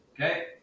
Okay